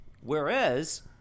Whereas